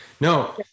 no